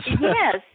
Yes